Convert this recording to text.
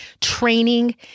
training